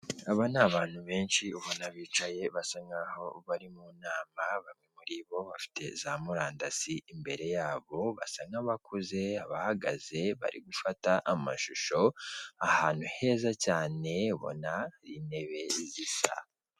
Aba n'abantu benshi ubona bicaye basa naho bari munama bamwe muribo bafite za murandasi imbere yabo basa nkabakuze abahagaze bari gufata amashusho ahantu heza cyane ubona hari intebe zisa.